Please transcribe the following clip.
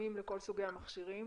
מותאמים לכל סוגי המכשירים,